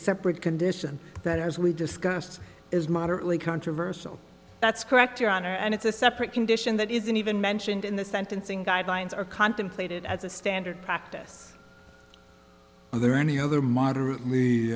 separate condition that as we discussed is moderately controversial that's correct your honor and it's a separate condition that isn't even mentioned in the sentencing guidelines are contemplated as a standard practice well there any other moderate